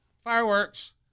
fireworks